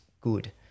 good